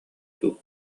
дуу